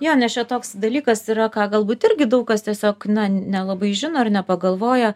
jo nes čia toks dalykas yra ką galbūt irgi daug kas tiesiog na nelabai žino ir nepagalvoja